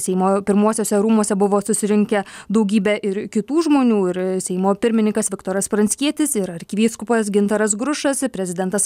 seimo pirmuosiuose rūmuose buvo susirinkę daugybė ir kitų žmonių ir seimo pirmininkas viktoras pranckietis ir arkivyskupas gintaras grušas ir prezidentas